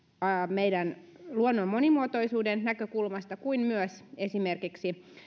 meidän luonnon monimuotoisuuden näkökulmasta kuin myös esimerkiksi